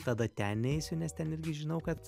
tada ten neisiu nes ten irgi žinau kad